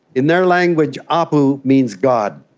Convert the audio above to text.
in their language, apu means god.